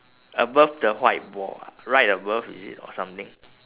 above the white wall ah right above is it or something